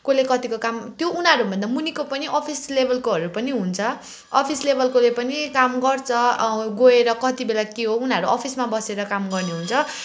कसले कतिको काम त्यो उनीहरूले भन्दा मुनिको पनि अफिस लेबलकोहरू पनि हुन्छ अफिस लेबलकोले पनि काम गर्छ गएर कति बेला के हो उनीहरू अफिसमा बसेर काम गर्ने हुन्छ